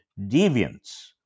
deviants